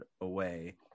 away